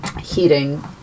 heating